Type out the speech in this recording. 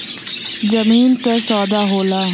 जमीन क सौदा होला